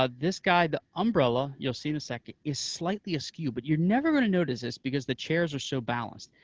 ah this guy, the umbrella, you'll see in a sec, is slightly askew, but you're never going to notice this because the chairs are so balance,